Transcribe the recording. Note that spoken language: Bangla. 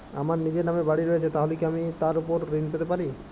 আমার নিজের নামে বাড়ী রয়েছে তাহলে কি আমি তার ওপর ঋণ পেতে পারি?